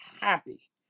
happy